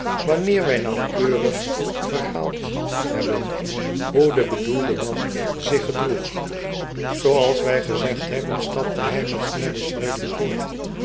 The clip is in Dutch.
wanneer wij nauwkeurig ver haald hebben hoe de bedoelde man zich gedroeg zooals wij gezegd hebben stapte hij met snelle schreden voort